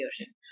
ocean